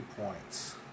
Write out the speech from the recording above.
points